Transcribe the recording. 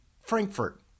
Frankfurt